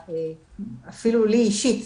אפילו לי אישית,